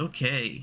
Okay